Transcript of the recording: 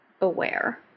aware